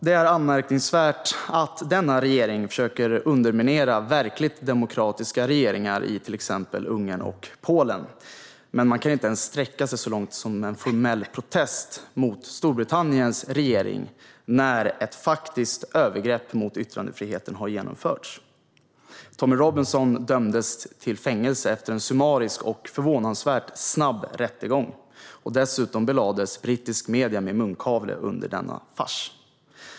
Det är anmärkningsvärt att regeringen försöker underminera verkligt demokratiska regeringar i till exempel Ungern och Polen, men den kan inte ens sträcka sig så långt som till en formell protest mot Storbritanniens regering när ett faktiskt övergrepp mot yttrandefriheten har skett. Tommy Robinson dömdes till fängelse efter en summarisk och förvånansvärt snabb rättegång. Dessutom belades brittiska medier med munkavle under denna fars.